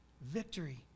Victory